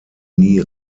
nie